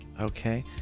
Okay